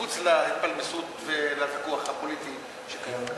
חוץ מההתפלמסות והוויכוח הפוליטי שקיים כאן.